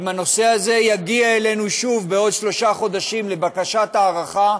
אם הנושא הזה יגיע אלינו שוב בעוד שלושה חודשים לבקשת הארכה,